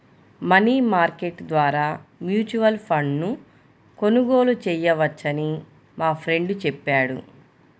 money market ద్వారా mutual ఫండ్ను కొనుగోలు చేయవచ్చని మా ఫ్రెండు చెప్పాడు